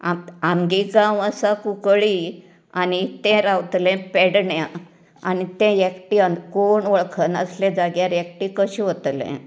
आप आमगे गांव आसा कुंकळ्ळी तें रावतले पेडण्यां आनी ते एकटे हांगा कोण वळखनासल्या जाग्यार एकटे कशें वतलें